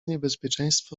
niebezpieczeństwo